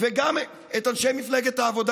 וגם את אנשי מפלגת העבודה,